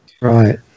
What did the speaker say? Right